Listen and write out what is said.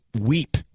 weep